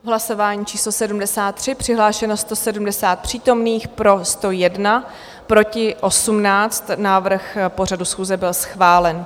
V hlasování číslo 73 přihlášeno 170 přítomných, pro 101, proti 18, návrh pořadu schůze byl schválen.